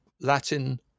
latin